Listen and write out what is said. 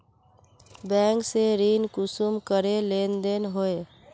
Bank से ऋण कुंसम करे लेन देन होए?